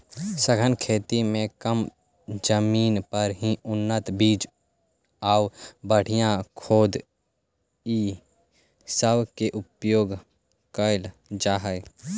सघन खेती में कम जमीन पर ही उन्नत बीज आउ बढ़ियाँ खाद ई सब के उपयोग कयल जा हई